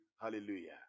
hallelujah